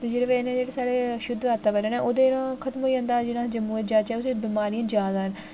ते जेह्दी बजह ने एह् साढ़ा जेह्ड़ा ना शुद्ध वातावरण ऐ खत्म होई जंदा जि'यां अस जम्मू जाचै उ'त्थें बमारियां जादा न